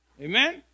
Amen